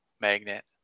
magnet